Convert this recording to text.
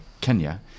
Kenya